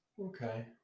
Okay